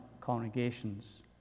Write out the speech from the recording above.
congregations